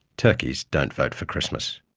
turkeys don't vote for christmas.